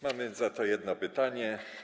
Mamy za to jedno pytanie.